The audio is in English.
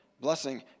blessing